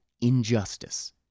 injustice